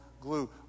glue